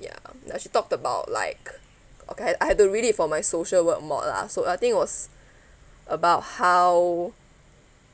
yeah that she talked about like okay I have I have to read it for my social work mock lah so ya I think it was about how